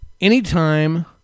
Anytime